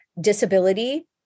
disability